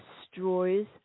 destroys